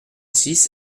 six